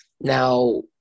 Now